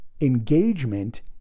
engagement